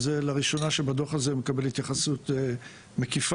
שלראשונה בדוח הזה מקבל התייחסות מקיפה,